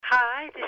Hi